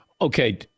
Okay